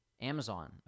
Amazon